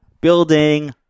building